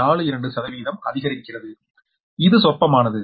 42 சதவீதம் அதிகரிக்கிறது இது சொற்பமானது